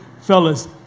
fellas